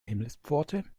himmelspforte